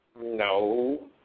No